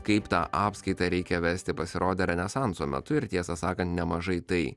kaip tą apskaitą reikia vesti pasirodė renesanso metu ir tiesą sakant nemažai tai